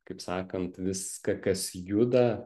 kaip sakant viską kas juda